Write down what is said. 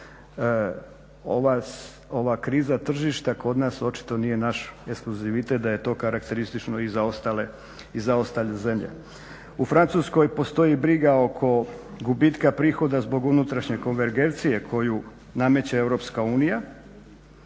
ova kriza tržišta kod nas očito nije naš eskluzivitet, da je to karakteristično i za ostale zemlje. U Francuskoj postoji briga oko gubitka prihoda zbog unutrašnje konvergencije koju nameće EU, tako da